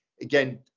Again